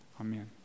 Amen